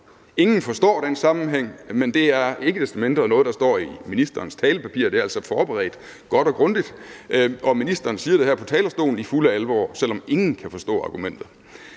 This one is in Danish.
Ingen forstår den sammenhæng, men det er ikke desto mindre noget, der står i ministerens talepapir – det er altså forberedt godt og grundigt – og ministeren siger det her på talerstolen i fuld alvor, selv om ingen kan forstå argumentet.